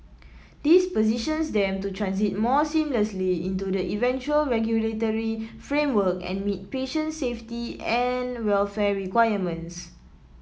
this positions them to transit more seamlessly into the eventual regulatory framework and meet patient safety and welfare requirements